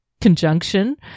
conjunction